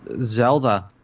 Zelda